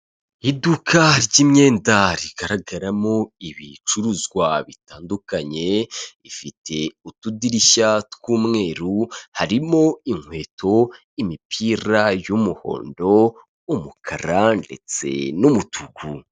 Iduka ry'imyenda rigaragaramo ibicuruzwa bitandukanye, rifite utudirishya tw'umweru, harim’inkweto, imipira y'umuhondo, umukara ndetse n'umutuku.